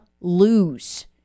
lose